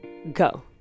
go